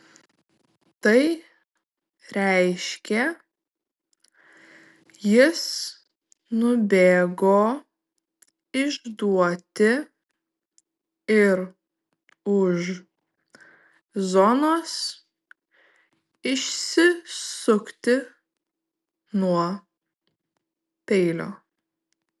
tai reiškė jis nubėgo išduoti ir už zonos išsisukti nuo peilio